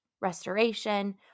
restoration